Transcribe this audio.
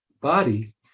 body